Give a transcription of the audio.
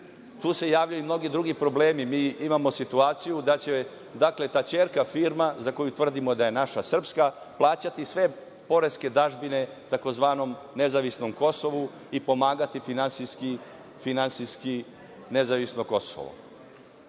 tu se javljaju i mnogi drugi problemi, mi imamo situaciju da će, dakle, ta ćerka firma za koju tvrdimo da je naša srpska plaćati sve poreske dažbine tzv. nezavisnom kosovu i pomagati finansijski nezavisno kosovo. Imamo